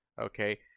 Okay